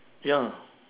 ya